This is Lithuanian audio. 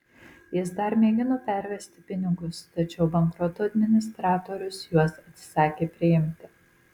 jis dar mėgino pervesti pinigus tačiau bankroto administratorius juos atsisakė priimti